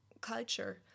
culture